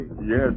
Yes